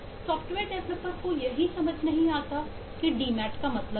software developer को यह समझ में नहीं आता है कि जीनत का मतलब क्या है